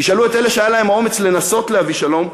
תשאלו את אלה שהיה להם האומץ לנסות להביא שלום,